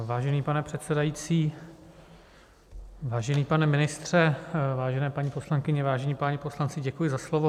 Vážený pane předsedající, vážený pane ministře, vážené paní poslankyně, vážení páni poslanci, děkuji za slovo.